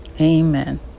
Amen